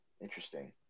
interesting